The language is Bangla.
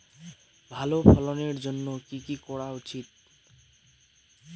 ভালো ফলনের জন্য কি কি করা উচিৎ?